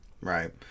Right